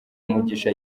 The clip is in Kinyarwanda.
umugisha